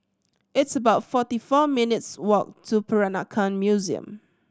it's about forty four minutes' walk to Peranakan Museum